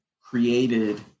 created